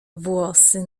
włosy